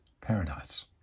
Paradise